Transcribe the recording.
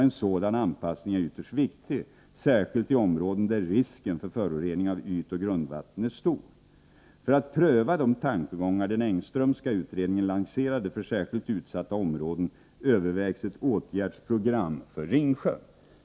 En sådan anpassning är ytterst viktig särskilt i områden där risken för förorening av ytoch grundvatten är stor. För att pröva de tankegångar den Engströmska utredningen lanserade för särskilt utsatta områden övervägs ett åtgärdsprogram för Ringsjön.